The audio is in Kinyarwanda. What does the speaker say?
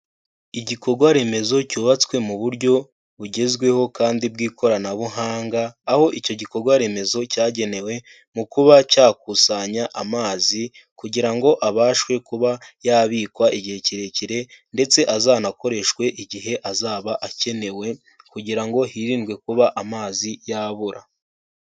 Igikorwa remezo cyubatswe mu buryo bugezweho kandi bw'ikoranabuhanga, aho icyo gikorwa remezo cyagenewe mu kuba cyakusanya amazi, kugira ngo abashwe kuba yabikwa igihe kirekire, ndetse azanakoreshwe igihe azaba akenewe kugira ngo hirindwe kuba amazi yabura.